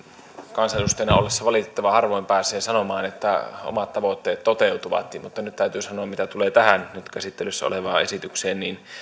kansanedustajana ollessa valitettavan harvoin pääsee sanomaan että omat tavoitteet toteutuvat mutta nyt täytyy sanoa mitä tulee tähän nyt käsittelyssä olevaan esitykseen